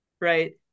right